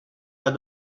pas